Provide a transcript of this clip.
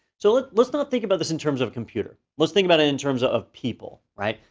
so let's let's not think about this in terms of a computer, let's think about it in terms of people, right?